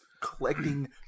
collecting